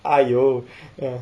!aiyo!